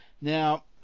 Now